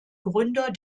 gründer